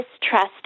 distrust